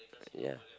ya